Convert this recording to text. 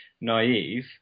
naive